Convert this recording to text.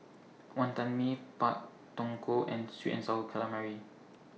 Wantan Mee Pak Thong Ko and Sweet and Sour Calamari